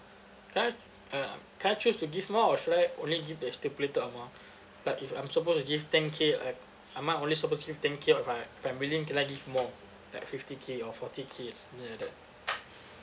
can I uh can I choose to give more or should I only give the stipulated amount like if I'm supposed to give ten K I'm am I only supposed to give ten K if I if I'm willing to like give more like fifty K or forty K something like that